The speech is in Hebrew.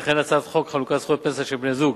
וכן הצעת חוק חלוקת זכויות פנסיה של בני-זוג,